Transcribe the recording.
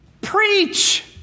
Preach